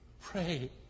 Pray